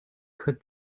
could